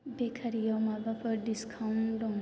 बेकारिआव माबाफोर डिसकाउन्ट दं